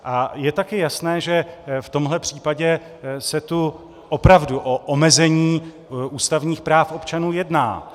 A je také jasné, že v tomhle případě se tu opravdu o omezení ústavních práv občanů jedná.